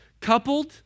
coupled